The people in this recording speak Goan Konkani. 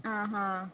आ हा